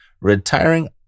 retiring